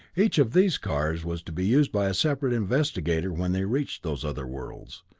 each of these cars was to be used by a separate investigator when they reached those other worlds,